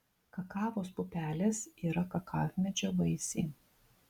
kakavos pupelės yra kakavmedžio vaisiai